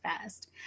fast